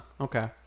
Okay